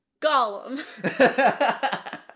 Gollum